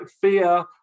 fear